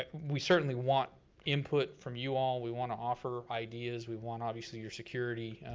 like we certainly want input from you all, we wanna offer ideas, we want, obviously, your security